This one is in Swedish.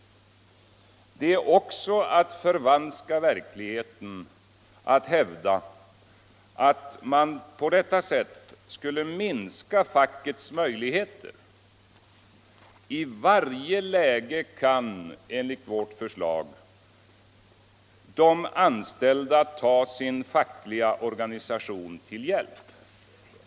Det är också att förvanska verkligheten att hävda att fackets möjligheter på detta sätt skulle minska. I varje läge kan de anställda enligt vårt förslag ta sin fackliga organisation till hjälp.